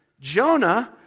Jonah